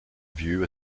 view